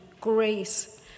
grace